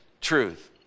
truth